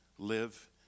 live